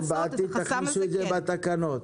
אתם תכניסו את זה בתקנות.